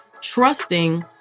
trusting